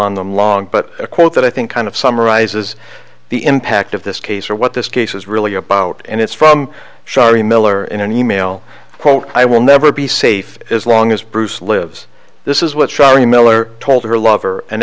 on them long but a quote that i think kind of summarizes the impact of this case for what this case is really about and it's from shari miller in an e mail quote i will never be safe as long as bruce lives this is what charlie miller told her lover an